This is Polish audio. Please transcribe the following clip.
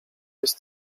jest